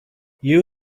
you